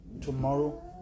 tomorrow